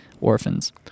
orphans